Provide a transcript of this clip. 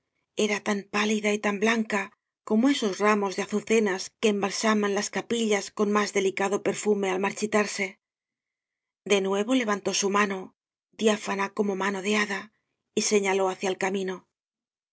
era tan pálida y tan blanca como esos ramos de azucenas que embalsaman las capillas con más delicado perfume al marchitarse de nuevo levantó su mano diáfana como mano de hada y señaló hacia el camino